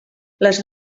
les